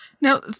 Now